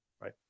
Right